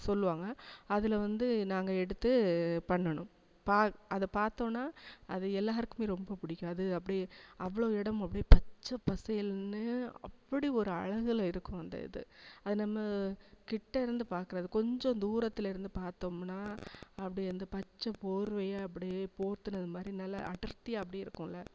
சொல்லுவாங்க அதில் வந்து நாங்கள் எடுத்து பண்ணணும் பா அதை பார்த்தோன்னா அது எல்லாருக்குமே ரொம்ப பிடிக்கும் அது அப்படியே அவ்வளோ இடம் அப்படியே பச்சை பசேல்ன்னு அப்படி ஒரு அழகுல இருக்கும் அந்த இது அது நம்ம கிட்ட இருந்து பார்க்குறது கொஞ்சம் தூரத்தில் இருந்து பார்த்தோம்னா அப்படியே இந்த பச்சை போர்வையாக அப்படியே போத்துனதுமாதிரி நல்ல அடர்த்தியாக அப்படியே இருக்கும்ல